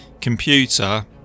computer